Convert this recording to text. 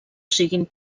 siguin